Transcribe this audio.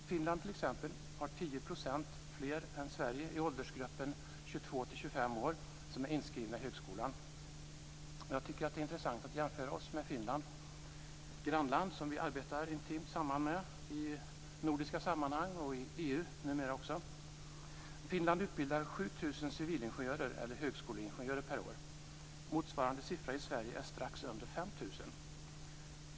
I Finland t.ex. är det 10 % fler i åldersgruppen 22-25 år som är inskrivna i högskolan än i Sverige. Jag tycker att det är intressant att jämföra oss med Finland, ett grannland som vi arbetar intimt samman med i nordiska sammanhang och numera också i EU. Finland utbildar 7 000 civilingenjörer eller högskoleingenjörer per år. Motsvarande siffra i Sverige är strax under 5 000.